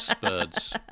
birds